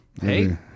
Hey